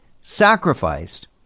sacrificed